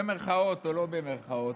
במירכאות או שלא במירכאות,